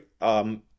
right